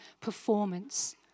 performance